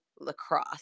lacrosse